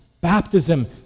Baptism